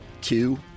two